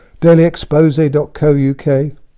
dailyexpose.co.uk